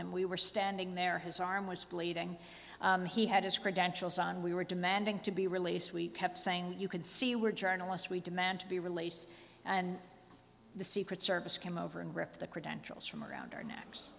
him we were standing there his arm was bleeding he had his credentials on we were demanding to be released we kept saying you can see we're journalists we demand to be release and the secret service came over and ripped the credentials from around our ne